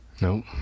Nope